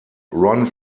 ron